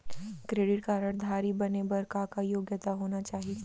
Credit card धारी बने बर का का योग्यता होना चाही?